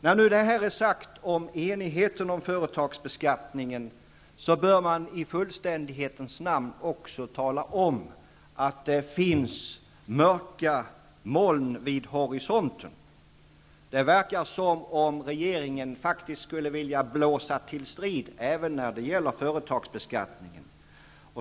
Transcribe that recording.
När nu detta om enigheten om företagsbeskattningen är sagt, bör man i fullständighetens namn också tala om att det finns mörka moln vid horisonten. Det verkar som om regeringen faktiskt skulle vilja blåsa till strid även när det gäller företagsbeskattningen.